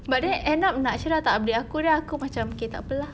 but then end up najrah tak update aku then aku macam okay tak apa lah